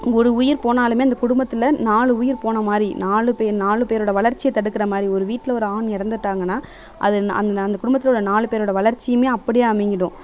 ஒரு உயிர் போனாலும் அந்த குடும்பத்தில் நாலு உயிர் போன மாதிரி நாலு பேர் நாலு பேரோடய வளர்ச்சியை தடுக்கிற மாதிரி ஒரு வீட்டில் ஒரு ஆண் இறந்துட்டாங்கன்னா அது அந்த அந்த குடும்பத்தில் நாலு பேரோடய வளர்ச்சியுமே அப்படியே அமுங்கிடும்